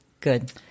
good